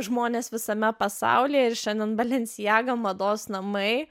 žmones visame pasaulyje ir šiandien balincijaga mados namai